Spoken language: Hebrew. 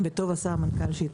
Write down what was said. וטוב עשה המנכ"ל שהתנצל.